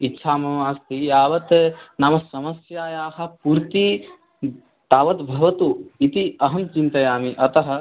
इच्छा अस्ति यावत् नाम समस्यायाः पूर्तिः तावद्भवतु इति अहं चिन्तयामि अतः